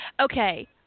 Okay